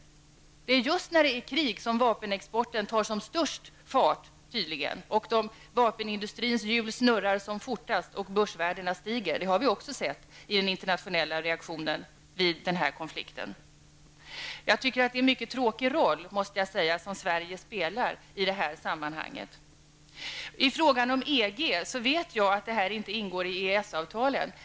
Det är när det är krig som vapenexporten tar fart, vapenindustrin snurrar som fortast och börsvärdena stiger. Det har vi också sett av den internationella reaktionen på den här konflikten. Jag måste säga att det är en mycket tråkig roll som Sverige spelar i det här sammanhanget. I fråga om EG vet jag att den här frågan inte ingår i EES-avtalen.